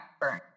burn